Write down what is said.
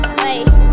wait